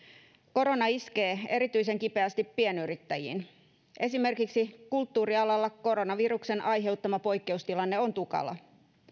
korona iskee erityisen kipeästi pienyrittäjiin esimerkiksi kulttuurialalla koronaviruksen aiheuttama poikkeustilanne on tukala